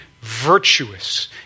virtuous